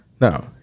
Now